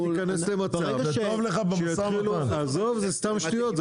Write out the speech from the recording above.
עזוב זה סתם שטויות,